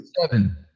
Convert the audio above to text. Seven